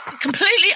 completely